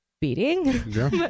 beating